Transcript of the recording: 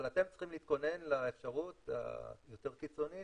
אבל אתם צריכים להתכונן לאפשרות היותר קיצונית